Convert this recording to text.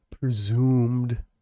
presumed